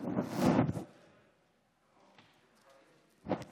היושב-ראש, חבריי חברי הכנסת,